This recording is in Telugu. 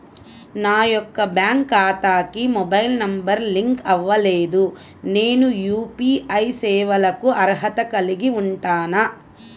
నా యొక్క బ్యాంక్ ఖాతాకి మొబైల్ నంబర్ లింక్ అవ్వలేదు నేను యూ.పీ.ఐ సేవలకు అర్హత కలిగి ఉంటానా?